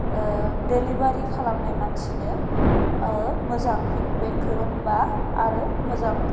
delivery खालामनाय मानसिनो मोजां फिडबेक होगोन बा आरो मोजां